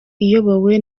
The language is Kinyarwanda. iyobowe